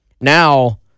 Now